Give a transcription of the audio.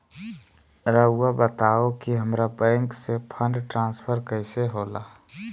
राउआ बताओ कि हामारा बैंक से फंड ट्रांसफर कैसे होला?